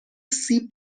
سیب